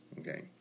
Okay